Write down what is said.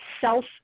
self